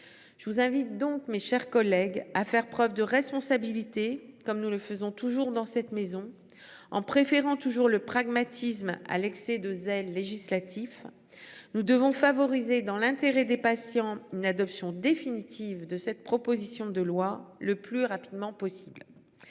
Je vous invite donc, mes chers collègues à faire preuve de responsabilité comme nous le faisons toujours dans cette maison. En préférant toujours le pragmatisme à l'excès de zèle législatif. Nous devons favoriser dans l'intérêt des patients. Une adoption définitive de cette proposition de loi le plus rapidement possible.